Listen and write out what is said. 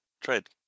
trade